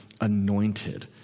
anointed